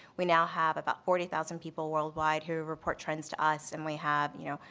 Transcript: we now have about forty thousand people worldwide who report trends to us and we have, you know,